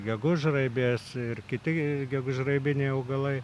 gegužraibės ir kiti gi gegužraibiniai augalai